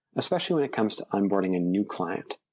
especially when it comes to onboarding a new client.